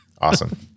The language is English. Awesome